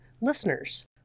listeners